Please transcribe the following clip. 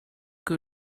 que